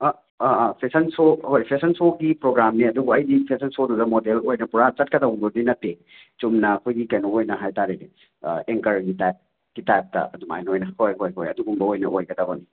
ꯑꯥ ꯑꯑꯥ fashion show ꯍꯣꯏ fashion ꯁꯣꯒꯤ ꯄ꯭ꯔꯣꯒ꯭ꯔꯥꯝꯅꯦ ꯑꯗꯨꯕꯨ ꯑꯩꯗꯤ ꯐꯦꯁꯟ ꯁꯣꯗꯨꯗ ꯃꯣꯗꯦꯜ ꯑꯣꯏꯅ ꯄꯨꯔꯥ ꯆꯠꯀꯗꯧꯕꯕꯨꯗꯤ ꯅꯠꯇꯦ ꯆꯨꯝꯅ ꯑꯩꯈꯣꯏꯒꯤ ꯀꯩꯅꯣ ꯑꯣꯏꯅ ꯍꯥꯏ ꯇꯥꯔꯦꯅꯦ ꯑꯦꯡꯀꯔꯒꯤ ꯇꯥꯏꯞꯀꯤ ꯇꯥꯏꯞꯇ ꯑꯗꯨꯃꯥꯏꯅ ꯑꯣꯏꯅ ꯍꯣꯏ ꯍꯣꯏ ꯍꯣꯏ ꯑꯗꯨꯒꯨꯝꯕ ꯑꯣꯏꯅ ꯑꯣꯏꯒꯗꯕꯅꯤ